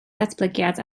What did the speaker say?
ddatblygiad